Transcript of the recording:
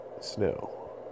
snow